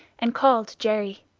and called jerry.